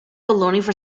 baloney